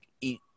eat